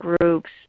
groups